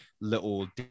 little